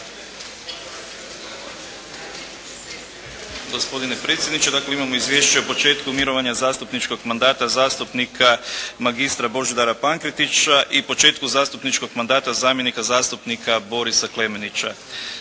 Gospodine predsjedniče. Dakle, imamo Izvješće o početku mirovanja zastupničkog mandata zastupnika magistra Božidara Pankretića i početku zastupničkog mandata zamjenika zastupnika Borisa Klemenića.